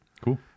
Cool